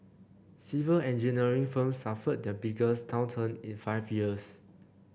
civil engineering firms suffered their biggest downturn in five years